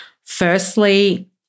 firstly